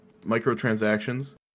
microtransactions